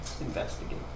investigate